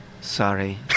sorry